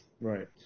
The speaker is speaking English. Right